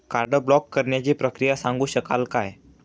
Card block करण्याची प्रक्रिया सांगू शकाल काय?